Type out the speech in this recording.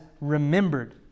remembered